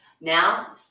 Now